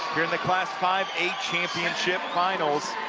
in the class five a championship finals.